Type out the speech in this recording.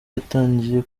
yatangiye